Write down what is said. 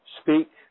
speak